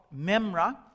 Memra